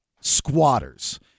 squatters